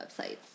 websites